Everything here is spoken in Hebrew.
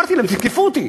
אמרתי להם: תתקפו אותי,